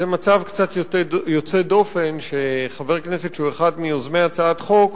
זה מצב קצת יוצא דופן שחבר הכנסת שהוא אחד מיוזמי הצעת חוק